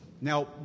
Now